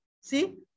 see